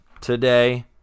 today